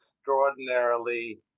extraordinarily